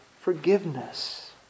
forgiveness